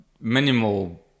minimal